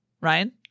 Ryan